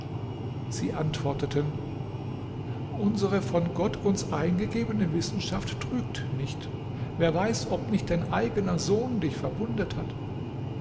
sie antworteten unsere von gott uns eingegebene wissenschaft trügt nicht wer weiß ob nicht dein eigener sohn dich verwundet hat